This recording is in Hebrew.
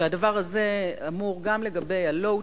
והדבר הזה אמור גם לגבי הלואו-טק,